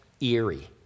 eerie